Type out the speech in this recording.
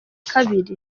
kabiri